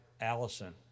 Allison